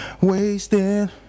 wasting